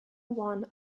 one